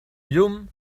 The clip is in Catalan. llum